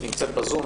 ה' נמצאת בזום.